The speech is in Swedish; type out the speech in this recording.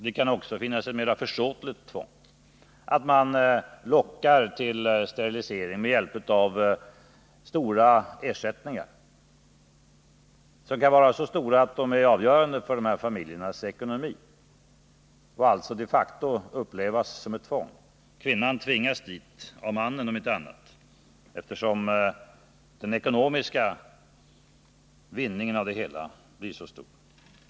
Det kan också finnas ett mera försåtligt tvång: att man lockar till sterilisering med hjälp av stora ersättningar, som kan vara så stora att de är avgörande för familjernas ekonomi och alltså de facto upplevs som ett tvång; kvinnan tvingas dit, av mannen om inte annat, eftersom den ekonomiska vinningen av det hela blir så stor.